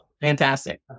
fantastic